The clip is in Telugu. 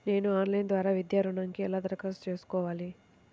నేను ఆన్లైన్ ద్వారా విద్యా ఋణంకి ఎలా దరఖాస్తు చేసుకోవాలి?